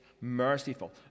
merciful